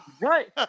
right